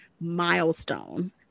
milestone